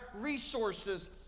resources